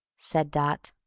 said dot.